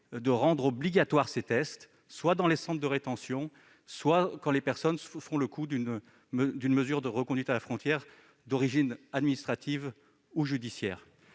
de rendre ces tests obligatoires dans les centres de rétention ou quand ces personnes font l'objet d'une mesure de reconduite à la frontière d'origine administrative ou judiciaire.